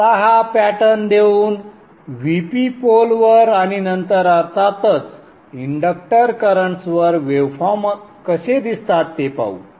आता हा पॅटर्न देऊन Vp पोल वर आणि नंतर अर्थातच इंडक्टर करंट्सवर वेवफॉर्म्स कसे दिसतात ते पाहू